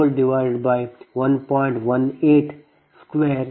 010